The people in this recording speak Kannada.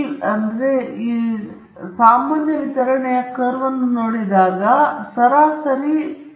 5 ಸರಾಸರಿಗಿಂತ ಅರ್ಧದಷ್ಟು ವಿಚಲನವನ್ನು ಪ್ರತಿನಿಧಿಸುತ್ತದೆ ಸರಾಸರಿ 0 ಆಗಿರುತ್ತದೆ